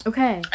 Okay